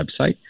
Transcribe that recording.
website